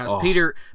Peter